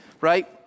right